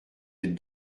êtes